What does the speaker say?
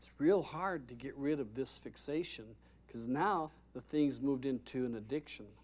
it's real hard to get rid of this fixation because now the things moved into an addiction